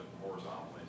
horizontally